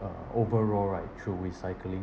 uh overall right through recycling